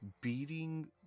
beating